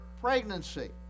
pregnancy